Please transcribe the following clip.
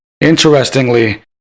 Interestingly